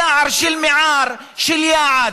יער של מיעאר, של יעד,